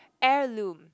heirloom